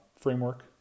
Framework